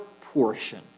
portion